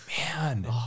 Man